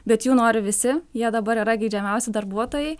bet jų nori visi jie dabar yra geidžiamiausi darbuotojai